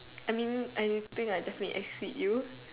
I mean I think I may just exceed you